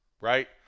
right